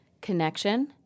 connection